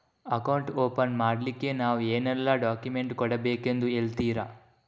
Account open ಮಾಡ್ಲಿಕ್ಕೆ ನಾವು ಏನೆಲ್ಲ ಡಾಕ್ಯುಮೆಂಟ್ ಕೊಡಬೇಕೆಂದು ಹೇಳ್ತಿರಾ?